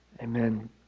Amen